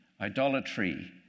idolatry